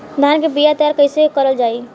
धान के बीया तैयार कैसे करल जाई?